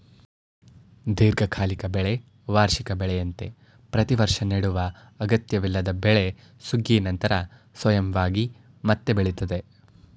ದೀರ್ಘಕಾಲಿಕ ಬೆಳೆ ವಾರ್ಷಿಕ ಬೆಳೆಯಂತೆ ಪ್ರತಿವರ್ಷ ನೆಡುವ ಅಗತ್ಯವಿಲ್ಲದ ಬೆಳೆ ಸುಗ್ಗಿ ನಂತರ ಸ್ವಯಂವಾಗಿ ಮತ್ತೆ ಬೆಳಿತವೆ